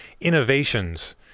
innovations